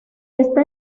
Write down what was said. está